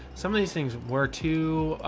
some of these things were too,